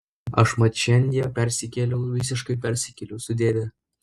aš mat šiandie persikėliau visiškai persikėliau su dėde